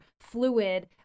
fluid